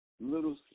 Little